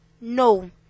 No